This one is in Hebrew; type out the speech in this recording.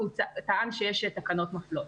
כי הוא טען שיש תקנות מפלות.